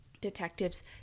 Detectives